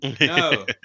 no